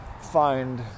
find